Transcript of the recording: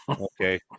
Okay